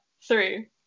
three